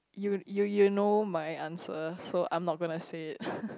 you you you know my answer so I'm not gonna say it